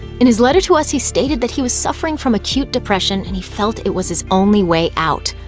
in his letter to us he stated that he was suffering from acute depression and he felt it was his only way out.